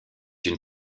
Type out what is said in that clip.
une